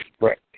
Right